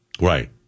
Right